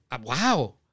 wow